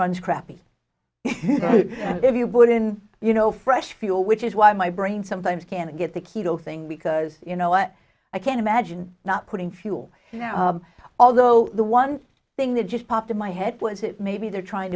runs crappy if you put in you know fresh fuel which is why my brain sometimes can't get the kido thing because you know what i can imagine not putting fuel although the one thing that just popped in my head was it maybe they're trying